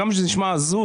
עד כמה שזה נשמע הזוי,